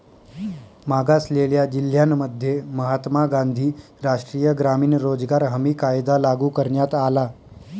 मागासलेल्या जिल्ह्यांमध्ये महात्मा गांधी राष्ट्रीय ग्रामीण रोजगार हमी कायदा लागू करण्यात आला